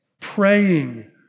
praying